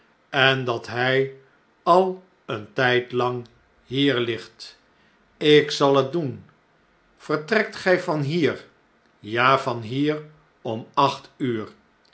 en dat hij al een tjjdlang hier ligt lk zat het doen vertrekt gjj van hier ja van hier om acht uur